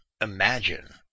imagine